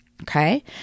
Okay